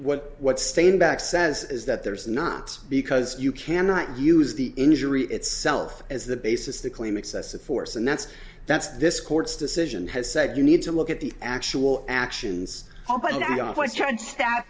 what what steyn back says is that there is not because you cannot use the injury itself as the basis to claim excessive force and that's that's this court's decision has said you need to look at the actual actions